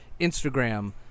Instagram